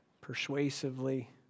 persuasively